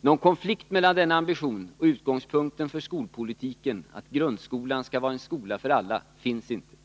Någon konflikt mellan denna ambition och utgångspunkten för skolpolitiken, att grundskolan skall vara en skola för alla, finns inte.